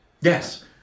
Yes